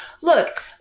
look